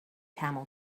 camel